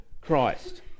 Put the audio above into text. Christ